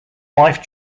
wife